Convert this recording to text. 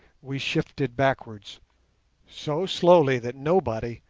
we shifted backwards so slowly that nobody,